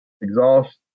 exhaust